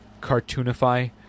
cartoonify